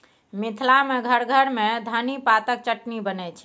मिथिला मे घर घर मे धनी पातक चटनी बनै छै